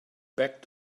back